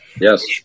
Yes